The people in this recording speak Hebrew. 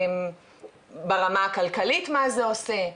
ברמה הכלכלית מה זה עושה,